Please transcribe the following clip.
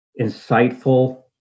insightful